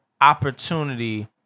opportunity